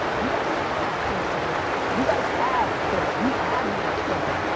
you guys have instagram. you guys have twitter. you have the internet, thank you.